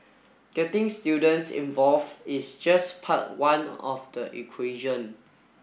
getting students involve is just part one of the equation